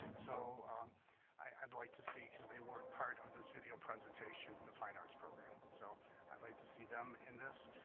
so i'd like to see because they weren't part of this video presentation the fine arts program, so i'd like to see them in this